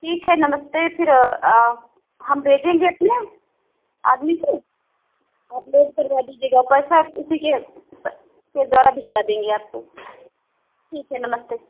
ठीक है नमस्ते फिर हम भेजेंगे अपने आदमी से आप करवा दीजिएगा और पैसा उसी के के द्वारा भिजवा देंगे आपको ठीक है नमस्ते